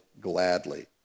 gladly